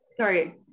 Sorry